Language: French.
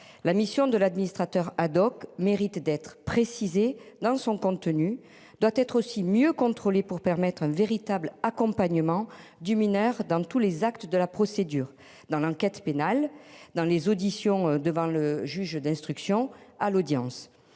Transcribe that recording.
La mission de l'administrateur ad-hoc mérite d'être. Dans son contenu doit être aussi mieux contrôler pour permettre un véritable accompagnement du mineur dans tous les actes de la procédure dans l'enquête pénale dans les auditions devant le juge d'instruction à l'audience.